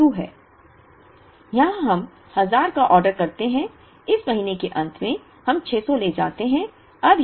अब यहां हम 1000 का ऑर्डर करते हैं इस महीने के अंत में हम 600 ले जाते हैं